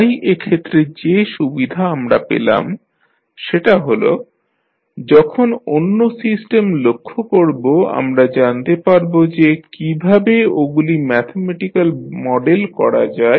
তাই এক্ষেত্রে যে সুবিধা আমরা পেলাম সেটা হল যখন অন্য সিস্টেম লক্ষ্য করব আমরা জানতে পারব যে কীভাবে ওগুলি ম্যাথামেটিক্যালি মডেল করা যায়